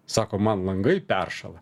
sako man langai peršąla